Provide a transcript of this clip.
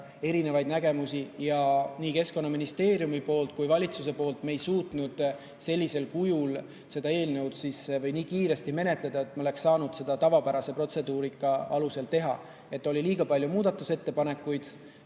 erinevaid nägemusi. Ei Keskkonnaministeeriumis ega ka valitsuses me ei suutnud sellisel kujul seda eelnõu nii kiiresti menetleda, et me oleks saanud seda tavapärase protseduurika alusel teha. Oli liiga palju muudatusettepanekuid,